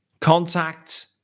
contact